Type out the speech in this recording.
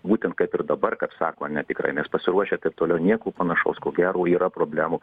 būtent kad ir dabar kad sako na tikrai mes pasiruošę taip toliau nieko panašaus ko gero yra problemų